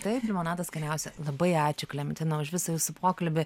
taip limonadas skaniausia labai ačiū klementina už visą jūsų pokalbį